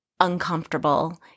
uncomfortable